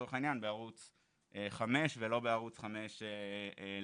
לצורך העניין, בערוץ חמש ולא בערוץ חמש לייב.